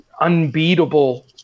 unbeatable